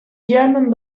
german